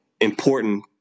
important